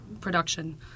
production